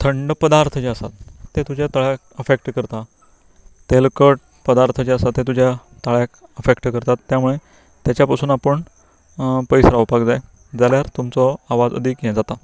थंड पदार्थ जे आसात ते तुज्या ताळ्याक अफेक्ट करतात तेलकट पदार्थ जे आसा ते तुज्या ताळ्याक अफेक्ट करतात त्यामुळे त्याच्या पासून आपूण पयस रावपाक जाय जाल्यार तुमचो आवाज अदीक हे जाता